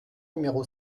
numéro